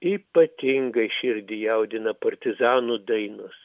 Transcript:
ypatingai širdį jaudina partizanų dainos